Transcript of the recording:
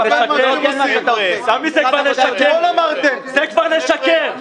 זה כבר לשקר.